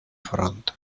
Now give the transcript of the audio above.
front